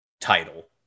title